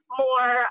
more